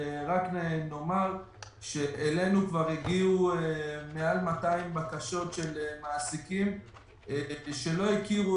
נאמר שאלינו כבר הגיעו מעל 200 בקשות של מעסיקים שלא הכירו